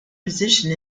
position